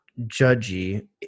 judgy